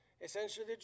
essentially